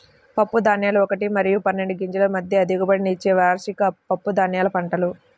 పప్పుధాన్యాలు ఒకటి మరియు పన్నెండు గింజల మధ్య దిగుబడినిచ్చే వార్షిక పప్పుధాన్యాల పంటలు